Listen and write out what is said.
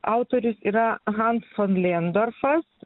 autorius yra hans fon lėndorfas